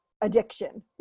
addiction